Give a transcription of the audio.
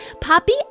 poppy